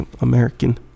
American